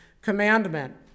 commandment